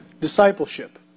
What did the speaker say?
discipleship